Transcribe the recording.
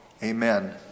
Amen